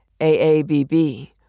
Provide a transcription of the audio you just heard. AABB